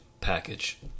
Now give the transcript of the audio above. package